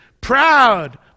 proud